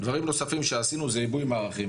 דברים נוספים שעשינו זה עיבוי מערכים.